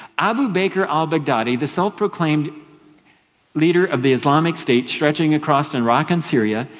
abu baker al-baghdadi, the self-proclaimed leader of the islamic state stretching across iraq and syria,